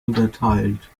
unterteilt